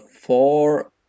four